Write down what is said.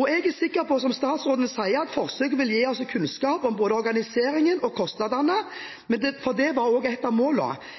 Jeg er sikker på, som statsråden sier, at forsøket vil gi oss kunnskap både om organiseringen og om kostnadene. Det var også et av